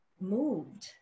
moved